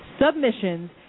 Submissions